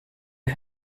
you